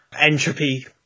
entropy